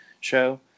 show